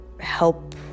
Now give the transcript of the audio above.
help